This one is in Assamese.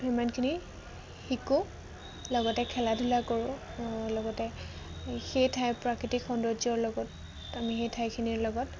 সিমানখিনি শিকোঁ লগতে খেলা ধূলা কৰোঁ লগতে সেই ঠাইৰ প্ৰাকৃতিক সৌন্দৰ্যৰ লগত আমি সেই ঠাইখিনিৰ লগত